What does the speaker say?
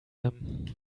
him